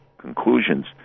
conclusions